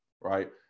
right